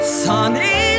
sunny